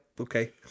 okay